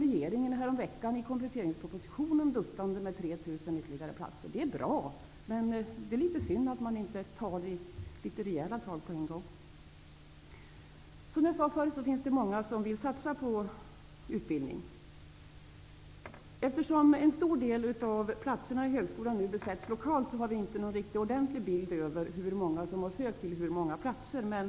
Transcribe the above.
Regeringen kom häromveckan i kompletteringspropositionen duttande med 3 000 ytterligare platser. Det är bra, men det är litet synd att man inte tar litet rejäla tag på en gång. Som jag tidigare sade finns det många som vill satsa på utbildning. Eftersom en stor del av platserna i högskolan nu besätts lokalt har vi inte någon ordentlig bild över hur många som har sökt och hur många platser som finns.